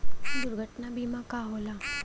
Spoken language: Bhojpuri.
दुर्घटना बीमा का होला?